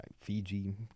fiji